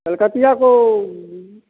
कलकतिया को